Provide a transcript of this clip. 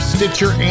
Stitcher